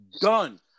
done